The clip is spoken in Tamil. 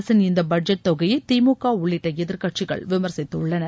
அரசின் இந்த பட்ஜெட் தொகையை திமுக உள்ளிட்ட எதிர் கட்சிகள் விமர்சித்துள்ளனர்